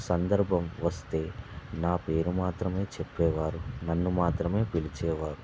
సందర్భం వస్తే నా పేరు మాత్రమే చెప్పేవారు నన్ను మాత్రమే పిలిచేవారు